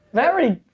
very